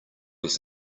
was